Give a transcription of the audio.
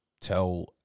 tell